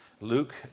Luke